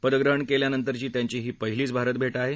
पदग्रहण केल्यानंतरची त्यांची ही पहिलीच भारतभेट आहे